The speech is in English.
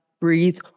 breathe